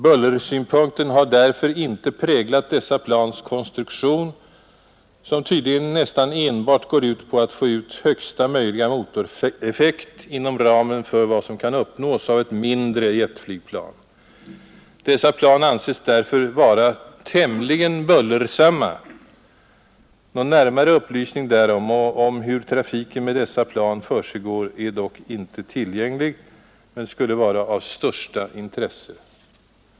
Bullersynpunkten har därför inte präglat dessa plans konstruktion, som tydligen nästan enbart inriktats på att få ut högsta möjliga motoreffekt inom ramen för vad som kan uppnås av ett mindre jetflygplan. Dessa plan anses därför vara tämligen bullersamma. Någon närmare upplysning därom och om hur trafiken med dessa plan försiggår är dock inte tillgänglig men skulle vara av största intresse.